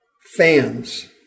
fans